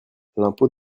l’impôt